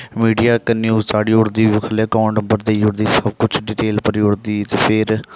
media कन्नै ओह् साढ़ी ओड़दी बक्खरी अकांउट नम्बर देई ओड़दी सब कुछ डिटेल भरी ओड़दी ते फिर